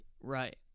right